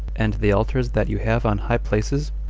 and the altars that you have on high places,